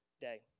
day